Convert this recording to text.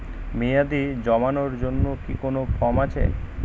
মেয়াদী জমানোর জন্য কি কোন ফর্ম আছে?